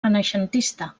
renaixentista